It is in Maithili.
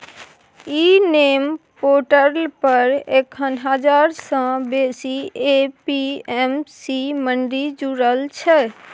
इ नेम पोर्टल पर एखन हजार सँ बेसी ए.पी.एम.सी मंडी जुरल छै